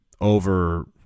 over